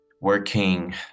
working